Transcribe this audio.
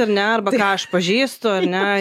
ar ne arba aš pažįstu ar ne